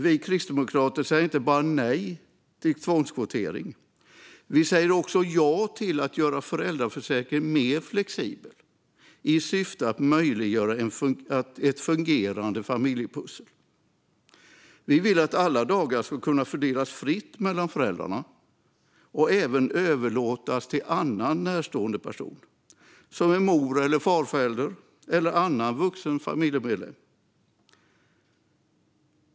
Vi kristdemokrater säger inte bara nej till tvångskvotering. Vi säger också ja till att göra föräldraförsäkringen mer flexibel i syfte att möjliggöra ett fungerande familjepussel. Vi vill att alla dagar ska kunna fördelas fritt mellan föräldrarna och även överlåtas till annan närstående person, som en mor eller farförälder eller annan vuxen familjemedlem.